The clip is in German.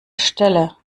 stelle